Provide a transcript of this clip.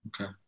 Okay